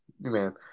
man